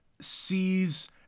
sees